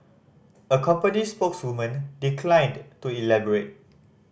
a company spokeswoman declined to elaborate